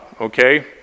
Okay